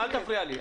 אל תפריע לי.